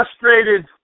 frustrated